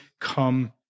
come